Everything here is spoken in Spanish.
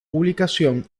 publicación